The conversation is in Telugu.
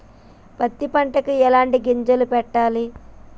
పత్తి పంటకి ఎలాంటి గింజలు పెట్టాలి?